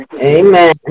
amen